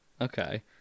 Okay